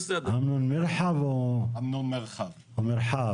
אני רוצה